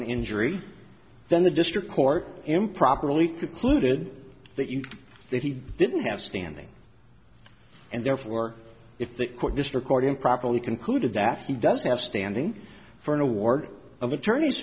an injury then the district court improperly concluded that you that he didn't have standing and therefore if the court just record improperly concluded that he does have standing for an award of attorney